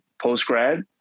post-grad